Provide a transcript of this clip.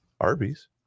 Arby's